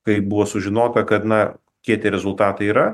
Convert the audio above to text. kaip buvo sužinota kad na kiek tie rezultatai yra